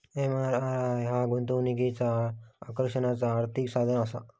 MIRR ह्या गुंतवणुकीच्या आकर्षणाचा आर्थिक साधनआसा